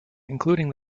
including